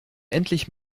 endlich